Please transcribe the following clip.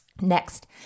Next